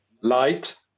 light